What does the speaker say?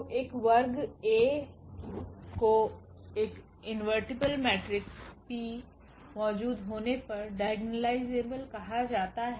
तो एक वर्ग A को एक इनवेर्टेबले मेट्रिक्स P मौजूद होने पर डायगोनालायजेबल कहा जाता है